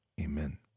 amen